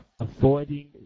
avoiding